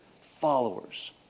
followers